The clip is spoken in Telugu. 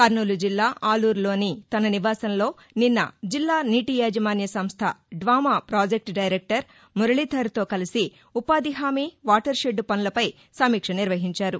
కర్నూలు జిల్లా ఆలూరులోని తన నివాసంలో నిన్న జిల్లా నీటి యాజమాన్య సంస్ల డ్వామా ప్రాజెక్లు దైరెక్లర్ పీడీ మురళీధర్తో కలసి ఉపాధి హామీ వాటర్ షెడ్లు పనులపై సమీక్ష నిర్వహించారు